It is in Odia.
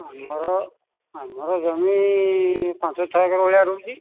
ଆମର ଆମର ଜମି ପାଞ୍ଚ ଛଅ ଏକର୍ ଭଳିଆ ରହୁଛି